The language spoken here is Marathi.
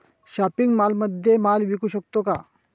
शॉपिंग मॉलमध्ये माल विकू शकतो का?